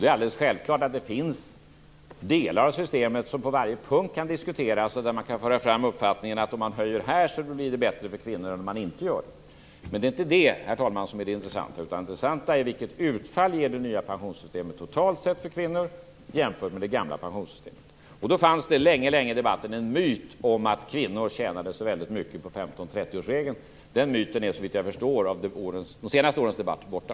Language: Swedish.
Det är alldeles självklart att det finns delar i systemet som på varje punkt kan diskuteras och där man kan föra fram uppfattningen att om man höjer här så blir det bättre för kvinnor än om man inte gör det. Men det är inte det, herr talman, som är det intressanta. Det intressanta är vilket utfall det nya pensionssystemet totalt sett ger kvinnor jämfört med det gamla pensionssystemet. Då fanns det länge i debatten en myt om att kvinnor tjänade så väldigt mycket på 15 30-årsregeln. Den myten är såvitt jag förstår av de senaste årens debatt borta.